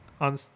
On